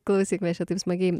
klausyk mes čia taip smagiai